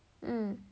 mm